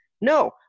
No